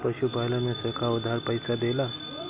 पशुपालन में सरकार उधार पइसा देला?